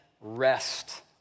rest